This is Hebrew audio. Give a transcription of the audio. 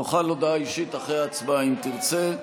תוכל בהודעה אישית אחרי ההצבעה, אם תרצה.